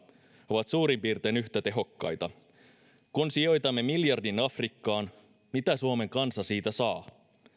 ovat suurin piirtein yhtä tehokkaita kun sijoitamme miljardin afrikkaan mitä suomen kansa siitä saa